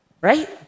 right